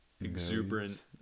exuberant